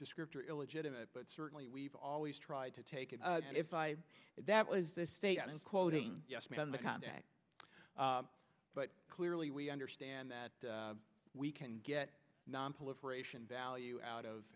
descriptor illegitimate but certainly we've always tried to take it if i that was the statement quoting the contact but clearly we understand that we can get nonproliferation value out of